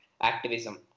activism